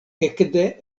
ekde